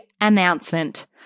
announcement